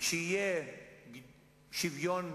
וכשיהיה שוויון,